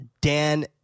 Dan